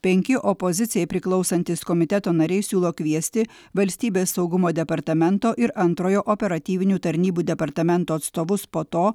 penki opozicijai priklausantys komiteto nariai siūlo kviesti valstybės saugumo departamento ir antrojo operatyvinių tarnybų departamento atstovus po to